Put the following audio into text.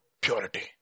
purity